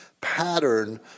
pattern